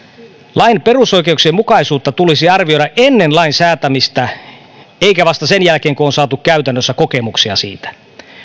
lain perusoikeuksienmukaisuutta tulisi arvioida ennen lain säätämistä eikä vasta sen jälkeen kun on saatu käytännössä kokemuksia siitä